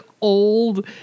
old